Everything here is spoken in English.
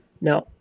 No